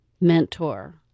mentor